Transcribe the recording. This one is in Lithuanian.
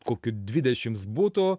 kokių dvidešims butų